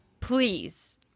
please